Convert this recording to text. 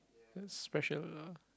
that's special